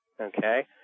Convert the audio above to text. Okay